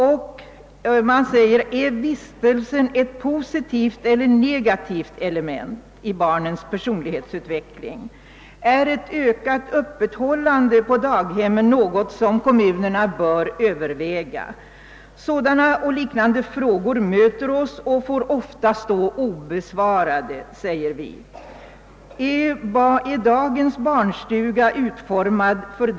Vi skriver vidare: »Äär vistelsen ett positivt eller negativt element i barnens personlighetsutveckling? Är ett ökat öppethållande på daghemmen något som kommunerna bör överväga? Sådana och liknande frågor möter oss och får ofta stå obesvarade, eftersom det hittills finns så litet material.